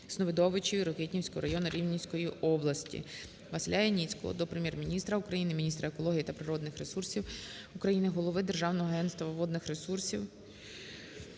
Сновидовичі Рокитнівського району Рівненської області. ВасиляЯніцького до Прем'єр-міністра України, міністра екології та природних ресурсів України, голови Державного агентства водних ресурсів